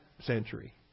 century